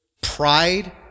Pride